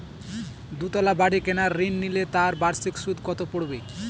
দুতলা বাড়ী কেনার ঋণ নিলে তার বার্ষিক সুদ কত পড়বে?